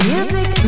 Music